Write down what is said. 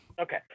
Okay